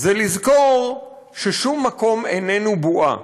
זה לזכור ששום מקום איננו בועה.